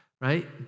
right